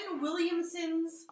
Williamson's